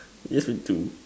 yes we do